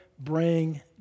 bring